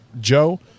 Joe